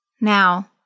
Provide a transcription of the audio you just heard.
Now